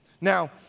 Now